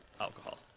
alcohol